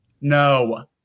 No